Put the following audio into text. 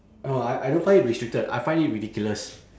no I I don't find it restricted I find it ridiculous